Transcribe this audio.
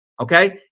okay